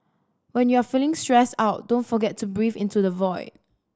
when you are feeling stressed out don't forget to breathe into the void